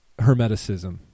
Hermeticism